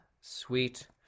sweet